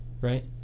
right